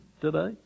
today